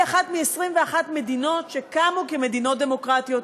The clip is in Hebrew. אחת מ-21 מדינות שקמו כמדינות דמוקרטיות.